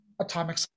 atomic